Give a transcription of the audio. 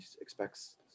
expects